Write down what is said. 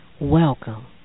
Welcome